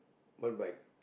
what bike